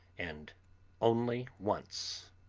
and only once.